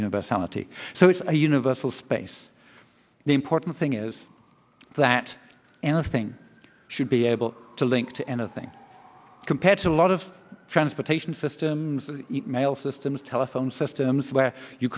universality so it's a universal space the important thing is that anything should be able to link to anything compared to a lot of transportation systems mail systems telephone systems where you